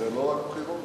זה לא רק בחירות.